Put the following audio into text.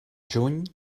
juny